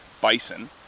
bison